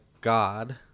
God